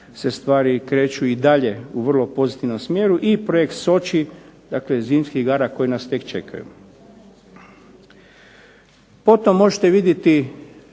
se stvari kreću i dalje u vrlo pozitivnom smjeru. I projekt Soči dakle zimskih igara koje nas tek čekaju. Potom možete vidjeti